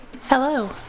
Hello